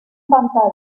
pantalla